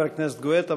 תודה, חבר הכנסת גואטה.